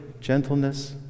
gentleness